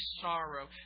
sorrow